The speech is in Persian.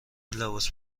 لباس